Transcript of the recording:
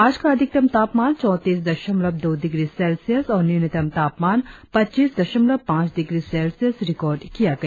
आज का अधिकतम तापमान चौतीस दशमलव दो डिग्री सेल्सियस और न्यूनतम तापमान पच्चीस दशमलव पांच डिग्री सेल्सियस रिकार्ड किया गया